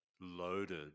loaded